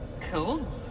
Cool